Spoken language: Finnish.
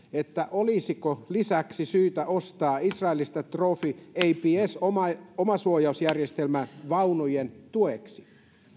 olisiko lisäksi syytä ostaa israelista trophy aps omasuojausjärjestelmä vaunujen tueksi